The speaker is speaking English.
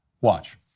Watch